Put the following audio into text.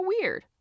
weird